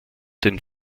den